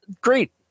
great